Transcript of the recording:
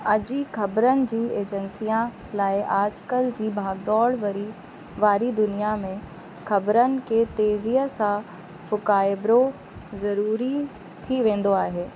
ताज़ी ख़बरनि जी एजेन्सीयां लाइ आज कल जी भागदौड़ भरी वारी दुनियां में ख़बरनि खे तेज़ीअ सां फुकाएब्रो ज़रूरी थी वेंदो आहे